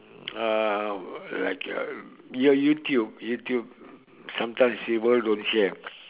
uh like a you~ YouTube YouTube sometimes we all don't share